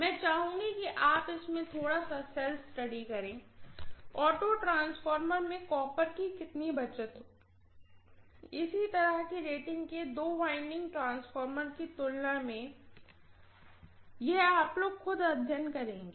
मैं चाहूंगी कि आप इसमें थोड़ा सा सेल्फ स्टडी करें ऑटो ट्रांसफॉर्मर में कॉपर की कितनी बचत होगी इसी तरह की रेटिंग के दो वाइंडिंग ट्रांसफार्मर की तुलना में यह आप लोग खुद अध्ययन करेंगे